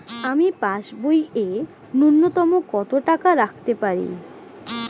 আমি পাসবইয়ে ন্যূনতম কত টাকা রাখতে পারি?